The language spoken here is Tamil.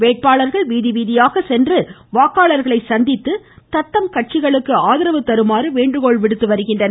வேட்பாளர்கள் வீதிவீதியாக சென்று வாக்காளர்களை சந்தித்து தத்தம் கட்சிகளுக்கு ஆதரவு தருமாறு வேண்டுகோள் விடுத்து வருகின்றனர்